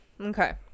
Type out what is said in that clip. okay